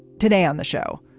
today on the show.